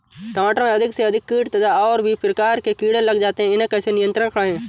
टमाटर में अधिक से अधिक कीट तथा और भी प्रकार के कीड़े लग जाते हैं इन्हें कैसे नियंत्रण करें?